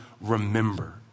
remember